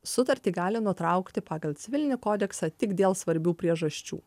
sutartį gali nutraukti pagal civilinį kodeksą tik dėl svarbių priežasčių